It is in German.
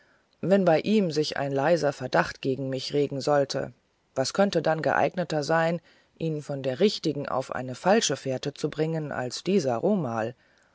wenn bei ihm sich ein leiser verdacht gegen mich regen sollte was könnte dann geeigneter sein ihn von der richtigen auf eine falsche fährte zu bringen als dieser romal